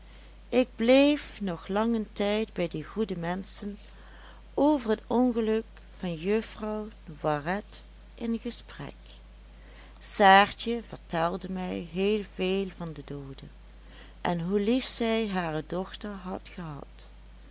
ik bleef nog langen tijd bij die goede menschen over het ongeluk van juffrouw noiret in gesprek saartje vertelde mij heel veel van de doode en hoe lief zij hare dochter had gehad